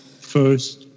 first